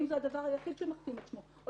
האם זה הדבר היחיד שמכתים את שמו או